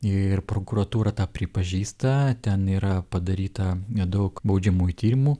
ir prokuratūra tą pripažįsta ten yra padaryta nedaug baudžiamųjų tyrimų